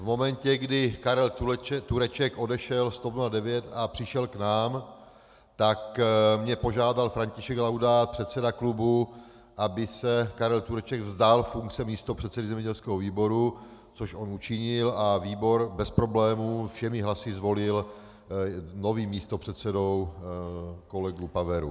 V momentě, kdy Karel Tureček odešel z TOP 09 a přišel k nám, tak mě požádal František Laudát, předseda klubu, aby se Karel Tureček vzdal funkce místopředsedy zemědělského výboru, což on učinil, a výbor bez problémů všemi hlasy zvolil novým místopředsedou kolegu Paveru.